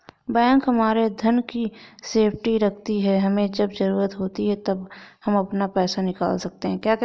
bank हमारे धन की सेफ्टी रखती है हमे जब जरूरत होती है तब हम अपना पैसे निकल सकते है